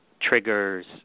triggers